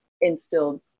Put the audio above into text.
instilled